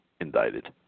indicted